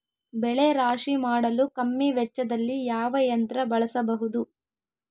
ಬೆಳೆ ರಾಶಿ ಮಾಡಲು ಕಮ್ಮಿ ವೆಚ್ಚದಲ್ಲಿ ಯಾವ ಯಂತ್ರ ಬಳಸಬಹುದು?